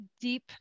deep